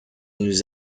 nous